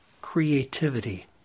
creativity